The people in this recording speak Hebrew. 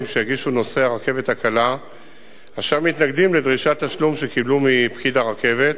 שיגישו נוסעי הרכבת הקלה אשר מתנגדים לדרישת תשלום שקיבלו מפקיד הרכבת,